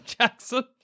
Jackson